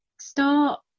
start